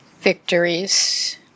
victories